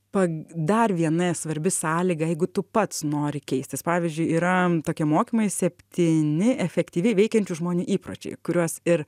pa dar viena svarbi sąlyga jeigu tu pats nori keistis pavyzdžiui yra tokie mokymai septyni efektyviai veikiančių žmonių įpročiai kuriuos ir